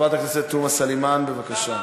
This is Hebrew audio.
חברת הכנסת תומא סלימאן, בבקשה.